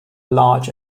large